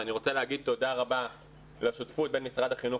ואני רוצה להגיד תודה רבה לשותפות בין משרד החינוך